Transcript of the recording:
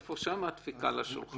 איפה שם הדפיקה על השולחן?